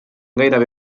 gairebé